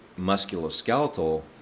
musculoskeletal